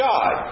God